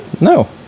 No